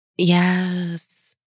Yes